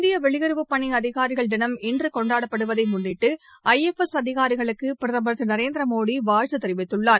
இந்திய வெளியுறவு பணி அதிகாரிகள் தினம் இன்று கொண்டாடப்படுவதை முன்னிட்டு ஐ எஃப் எஸ் அதிகாரிகளுக்கு பிரதமர் திரு நரேந்திரமோடி வாழ்த்து தெரிவித்துள்ளார்